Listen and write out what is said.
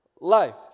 life